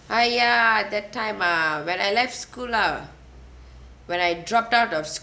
!aiya! that time ah when I left school lah when I dropped out of